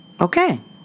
Okay